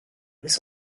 was